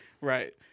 Right